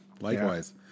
likewise